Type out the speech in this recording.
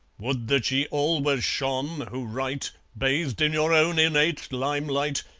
would that ye always shone, who write, bathed in your own innate limelight,